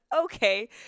okay